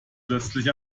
plötzlich